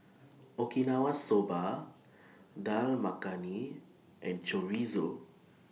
Okinawa Soba Dal Makhani and Chorizo